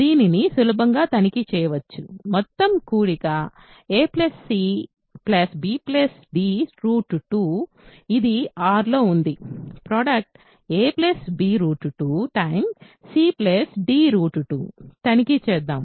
దీనిని సులభంగా తనిఖీ చేయవచ్చు మొత్తం కూడిక a c b d 2 ఇది R లో ఉంది product a b 2 c d 2 తనిఖీ చేద్దాం